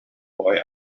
boy